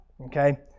Okay